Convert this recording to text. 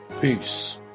Peace